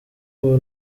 ubu